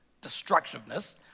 destructiveness